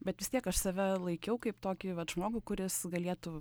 bet vis tiek aš save laikiau kaip tokį vat žmogų kuris galėtų